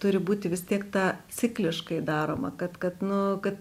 turi būti vis tiek ta cikliškai daroma kad kad nu kad